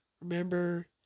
Remember